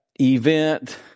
event